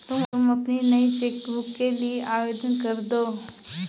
तुम अपनी नई चेक बुक के लिए आवेदन करदो